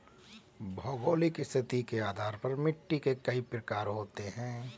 भौगोलिक स्थिति के आधार पर मिट्टी के कई प्रकार होते हैं